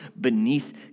beneath